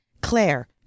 Claire